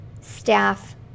staff